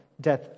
death